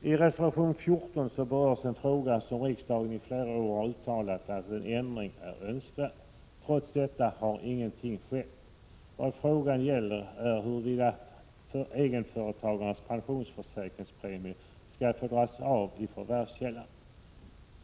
I reservation 14 berörs ett område där, enligt vad riksdagen i flera år uttalat, en ändring är önskvärd. Trots detta har ingenting skett. Vad frågan gäller är huruvida egenföretagares pensionsförsäkringspremier skall få dras av i förvärvskällan.